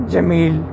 Jamil